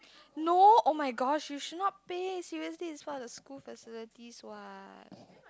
no oh-my-gosh you should not pay seriously it's one of the school facilities what